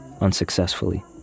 unsuccessfully